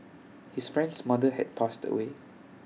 his friend's mother had passed away